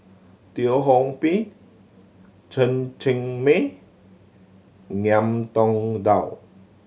Teo Ho Pin Chen Cheng Mei Ngiam Tong Dow